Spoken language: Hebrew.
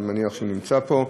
אני מניח שהוא נמצא פה,